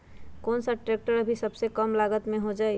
कौन सा ट्रैक्टर अभी सबसे कम लागत में हो जाइ?